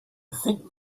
think